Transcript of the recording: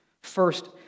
First